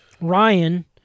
Ryan